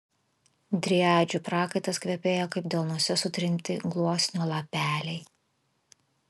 driadžių prakaitas kvepėjo kaip delnuose sutrinti gluosnio lapeliai